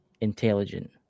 intelligent